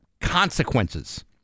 consequences